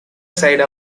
side